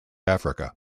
africa